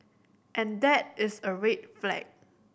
and that is a red flag